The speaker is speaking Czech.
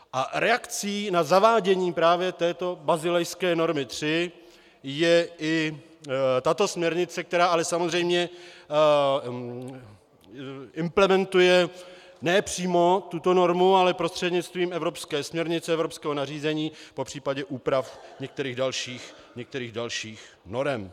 A reakcí na zavádění právě této basilejské normy III je i tato směrnice, která ale samozřejmě implementuje ne přímo tuto normu, ale prostřednictvím evropské směrnice, evropského nařízení, popř. úprav některých dalších norem.